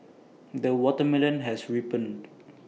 the watermelon has ripened